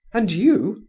and you?